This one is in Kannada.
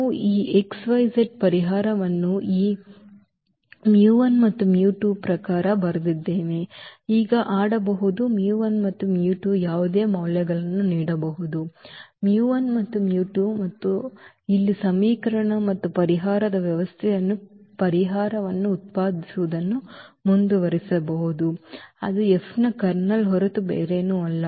ನಾವು ಈ x y z ಪರಿಹಾರವನ್ನು ಈ ಮತ್ತು ರ ಪ್ರಕಾರ ಬರೆದಿದ್ದೇವೆ ನಾವು ಈಗ ಆಡಬಹುದು ಮತ್ತು ಯಾವುದೇ ಮೌಲ್ಯಗಳನ್ನು ನೀಡಬಹುದುಮತ್ತು ಮತ್ತು ನಾವು ಇಲ್ಲಿ ಸಮೀಕರಣ ಮತ್ತು ಪರಿಹಾರದ ವ್ಯವಸ್ಥೆಯ ಪರಿಹಾರವನ್ನು ಉತ್ಪಾದಿಸುವುದನ್ನು ಮುಂದುವರಿಸಬಹುದು ಅದು Fನ ಕರ್ನಲ್ ಹೊರತು ಬೇರೇನೂ ಅಲ್ಲ